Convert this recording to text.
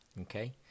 Okay